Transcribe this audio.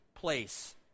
place